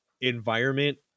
environment